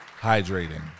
hydrating